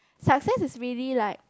success is really like